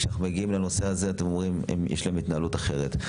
אבל כשאנחנו מגיעים לנושא הזה אתם אומרים שיש להם התנהלות אחרת.